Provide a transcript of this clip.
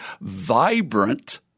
vibrant